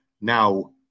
now